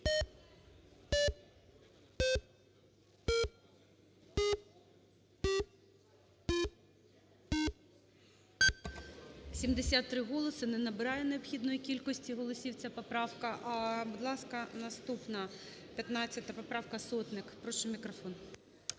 73 голоси. Не набирає необхідної кількості голосів ця поправка. Будь ласка, наступна 15 поправка Сотник. Прошу мікрофон.